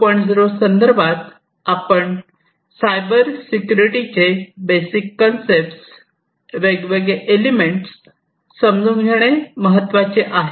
0 संदर्भात आपण सायबर सिक्युरिटीचे बेसिक कन्सेप्ट वेगवेगळे एलिमेंट समजून घेणे महत्त्वाचे आहे